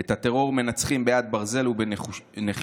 את הטרור מנצחים ביד ברזל ובנחישות.